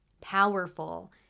powerful